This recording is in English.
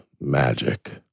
magic